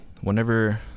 whenever